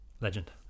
legend